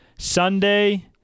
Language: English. Sunday